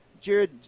Jared